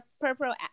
purple